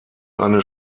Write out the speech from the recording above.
eine